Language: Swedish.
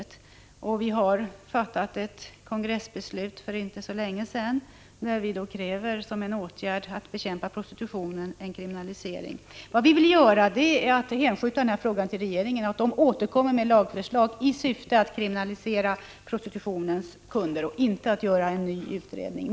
För inte så länge sedan fattade vi ett kongressbeslut, som innebar att vi för bekämpning av prostitutionen kräver en kriminalisering. Vi vill hänskjuta frågan till regeringen, som sedan får återkomma med ett lagförslag i syfte att kriminalisera prostitutionens kunder. Det gäller alltså inte en ny utredning.